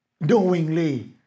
Knowingly